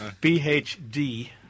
B-H-D